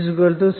comimage 1